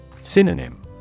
Synonym